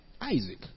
Isaac